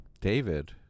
David